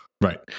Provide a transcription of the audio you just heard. Right